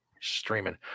Streaming